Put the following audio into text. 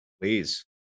Please